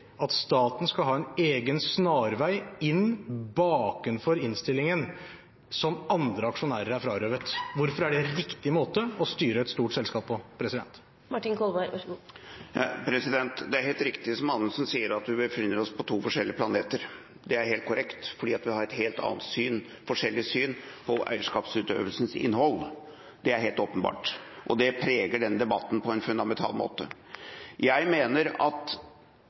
at staten skal ha en egen snarvei inn bakenfor innstillingen, som andre aksjonærer er frarøvet? Hvorfor er det en riktig måte å styre et stort selskap på? Det er helt riktig, som representanten Anundsen sier, at vi befinner oss på to forskjellige planeter. Det er helt korrekt, for vi har et helt annet, et helt forskjellig, syn på eierskapsutøvelsens innhold. Det er helt åpenbart, og det preger denne debatten på en fundamental måte. Jeg mener at